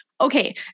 Okay